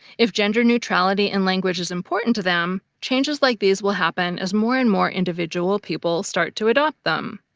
if gender-neutrality in language is important to them, changes like these will happen as more and more individual people start to adopt them.